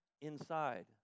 inside